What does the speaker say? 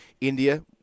India